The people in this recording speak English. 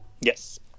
yes